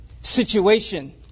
situation